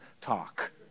talk